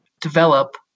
develop